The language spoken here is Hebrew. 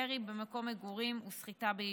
ירי במקום מגורים וסחיטה באיומים.